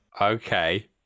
Okay